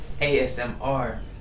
ASMR